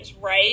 right